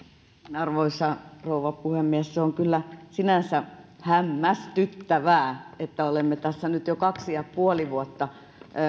arvoisa rouva puhemies on kyllä sinänsä hämmästyttävää että olemme tässä nyt jo kaksi pilkku viisi vuotta